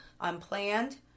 Unplanned